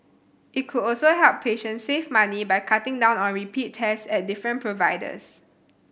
it could also help patients save money by cutting down on repeat test at different providers